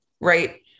Right